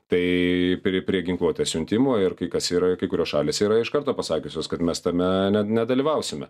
tai prie prie ginkluotės siuntimo ir kai kas yra kai kurios šalys yra iš karto pasakiusios kad mes tame ne nedalyvausime